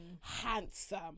handsome